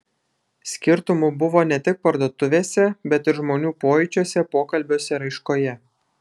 skirtumų buvo ne tik parduotuvėse bet ir žmonių pojūčiuose pokalbiuose raiškoje